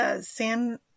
San